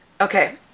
okay